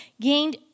gained